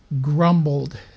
grumbled